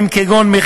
יציג את הצעת החוק